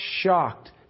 shocked